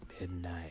Midnight